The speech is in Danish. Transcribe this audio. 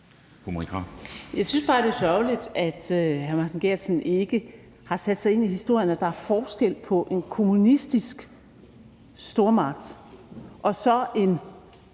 Jeg synes bare, det er sørgeligt, at hr. Martin Geertsen ikke har sat sig ind i historien. Der er forskel på en kommunistisk stormagt og så en